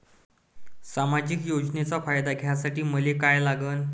सामाजिक योजनेचा फायदा घ्यासाठी मले काय लागन?